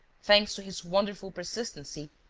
thanks to his wonderful persistency,